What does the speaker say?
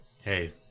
hey